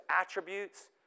attributes